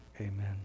Amen